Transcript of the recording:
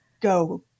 go